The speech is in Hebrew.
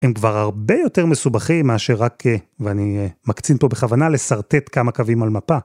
הם כבר הרבה יותר מסובכים מאשר רק, ואני מקצין פה בכוונה, לשרטט כמה קווים על מפה.